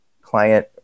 client